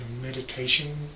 meditation